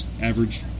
average